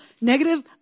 negative